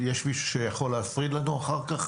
יש מישהו שיכול להפריד לנו אחר כך,